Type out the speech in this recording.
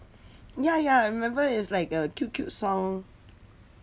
ya ya I remember is like a cute cute song